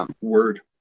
Word